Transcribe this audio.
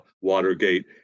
Watergate